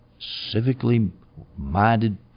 civically-minded